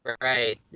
Right